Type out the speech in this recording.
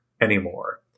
anymore